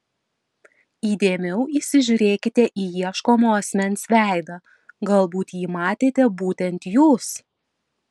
įdėmiau įsižiūrėkite į ieškomo asmens veidą galbūt jį matėte būtent jūs